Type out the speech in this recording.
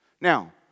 Now